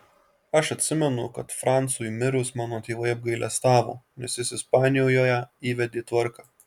aš atsimenu kad francui mirus mano tėvai apgailestavo nes jis ispanijoje įvedė tvarką